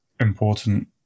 important